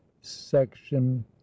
Section